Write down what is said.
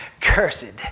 cursed